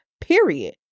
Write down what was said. period